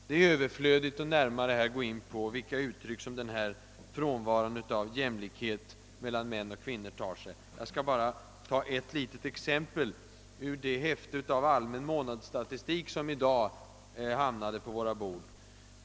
Det är överflödigt att här närmare gå in på vilka uttryck som frånvaron av jämlikhet mellan män och kvinnor tar sig. Jag skall bara anföra ett litet exempel ur det häfte med allmän månadsstatistik som i dag hamnade på våra bord.